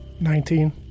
Nineteen